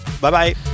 Bye-bye